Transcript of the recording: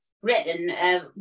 written